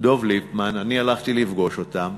דב ליפמן, אני הלכתי לפגוש אותם.